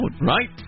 Right